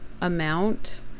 amount